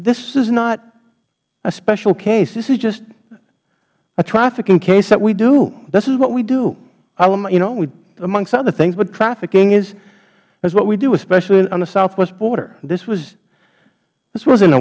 this is not a special case this is just a trafficking case that we do this is what we do you know amongst other things but trafficking is what we do especially on the southwest border this wash this wasn't a